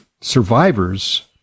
survivors